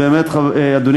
אדוני